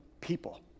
people